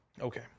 Okay